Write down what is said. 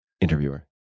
interviewer